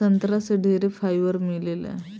संतरा से ढेरे फाइबर मिलेला